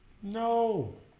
no